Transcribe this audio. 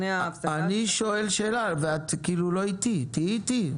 אני שואל שאלה ואת כאילו לא איתי, תהיי איתי.